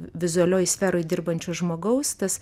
vizualioj sferoj dirbančio žmogaus tas